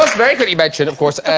very good invention, of course,